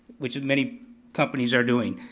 which many companies are doing.